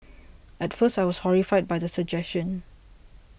at first I was horrified by the suggestion